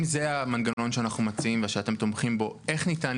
אם זה המנגנון שאנחנו מציעים ושאתם תומכים בו איך ניתן